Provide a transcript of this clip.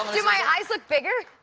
do my eyes look bigger?